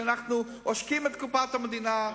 שאנחנו עושקים את קופת המדינה,